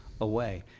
away